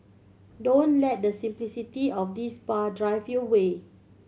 don't let the simplicity of this bar drive you away